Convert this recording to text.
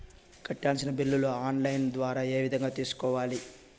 కట్టాల్సిన బిల్లులు online ద్వారా ఏ విధంగా తెలుసుకోవాలి?